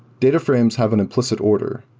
data frames have an implicit order,